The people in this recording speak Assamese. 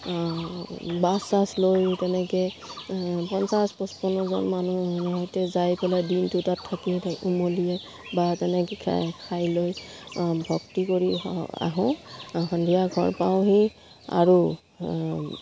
বাছ চাছ লৈ তেনেকৈ পঞ্চাছ পঁচপন্নজন মানুহ সৈতে যাই পেলাই দিনটো তাত থাকি উমলিয়ে বা তেনেকৈ খ খাই লৈ ভক্তি কৰি আহোঁ সন্ধিয়া ঘৰ পাওঁহি আৰু